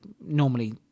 normally